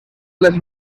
les